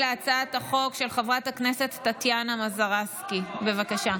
ההצעה להעביר את הצעת חוק לתיקון פקודת התעבורה